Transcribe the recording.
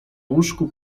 łóżku